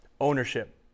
ownership